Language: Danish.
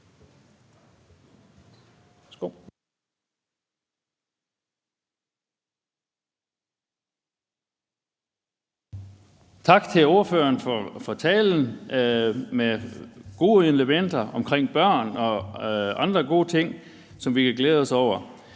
Tak til ordføreren for talen, der havde gode elementer omkring børn og andre gode ting, som vi kan glæde os over,